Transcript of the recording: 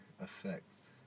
effects